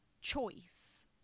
choice